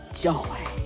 joy